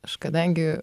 aš kadangi